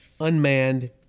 unmanned